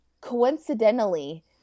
Coincidentally